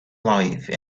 life